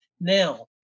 now